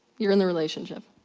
you're in the relationship,